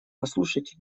послушайте